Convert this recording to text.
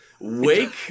wake